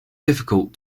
difficult